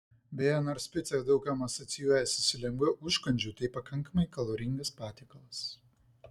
beje nors pica daug kam asocijuojasi su lengvu užkandžiu tai pakankamai kaloringas patiekalas